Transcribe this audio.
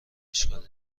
اشکالی